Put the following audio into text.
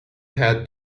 had